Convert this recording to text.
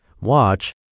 watch